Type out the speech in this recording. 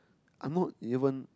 I'm not even